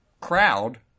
crowd